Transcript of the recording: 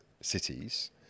cities